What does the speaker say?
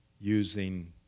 using